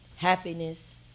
happiness